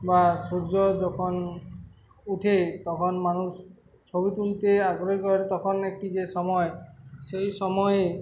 বা সূর্য যখন উঠে তখন মানুষ ছবি তুলতে আগ্রহী করে তখন একটি যে সময় সেই সময়ে